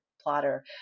plotter